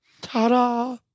Ta-da